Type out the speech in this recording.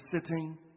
sitting